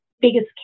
biggest